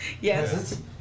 Yes